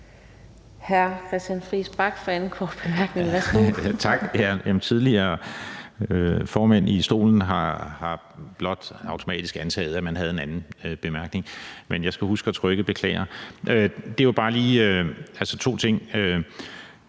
Christian Friis Bach (RV): Tak. Den tidligere formand i stolen har blot automatisk antaget, at man havde en anden bemærkning, men jeg skal huske at trykke, beklager. Det er bare lige to ting.